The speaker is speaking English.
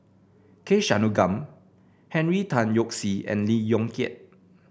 K Shanmugam Henry Tan Yoke See and Lee Yong Kiat